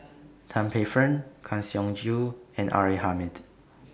Tan Paey Fern Kang Siong Joo and R A Hamid